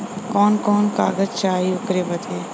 कवन कवन कागज चाही ओकर बदे?